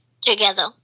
together